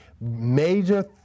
major